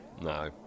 No